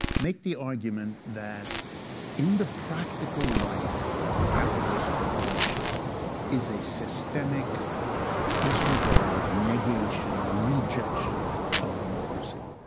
make the argument that in the practical life of a capitalist corporation is a systemic disregard, negation, rejection of democracy.